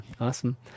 Awesome